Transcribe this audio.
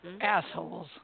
assholes